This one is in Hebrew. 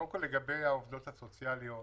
קודם כל, לגבי העובדות הסוציאליות,